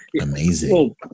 amazing